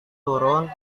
turun